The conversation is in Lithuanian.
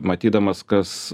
matydamas kas